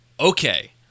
Okay